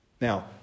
Now